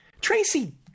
Tracy